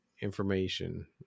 information